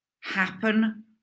happen